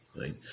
right